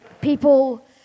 People